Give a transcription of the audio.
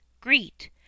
greet